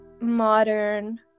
modern